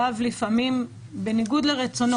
לפני העלות,